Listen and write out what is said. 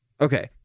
Okay